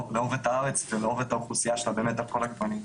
לאהוב את הארץ ולאהוב את האוכלוסייה שלה באמת על כל הגוונים.